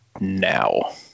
now